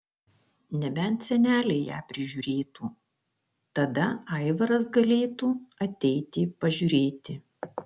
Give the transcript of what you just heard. nebent seneliai ją prižiūrėtų tada aivaras galėtų ateiti pažiūrėti